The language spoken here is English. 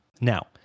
Now